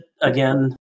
Again